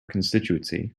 constituency